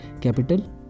capital